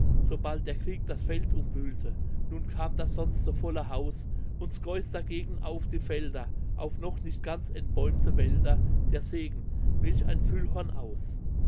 sobald der krieg das feld umwühlte nun kaum das sonst so volle haus uns geust dagegen auf die felder auf noch nicht ganz entbäumte wälder der segen welch ein füllhorn aus